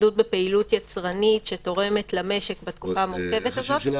התמקדות בפעילות יצרנית שתורמת למשק בתקופה המורכבת הזאת.